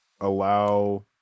allow